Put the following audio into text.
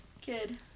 kid